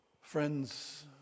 Friends